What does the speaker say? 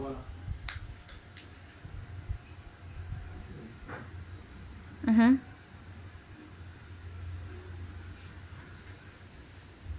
mmhmm